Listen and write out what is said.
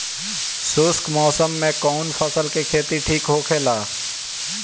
शुष्क मौसम में कउन फसल के खेती ठीक होखेला?